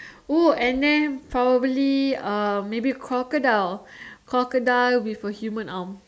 oh and then probably uh maybe crocodile crocodile with a human arm